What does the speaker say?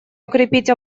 укрепить